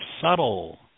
subtle